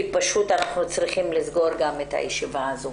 פשוט אנחנו צריכים לסיים את הישיבה הזאת.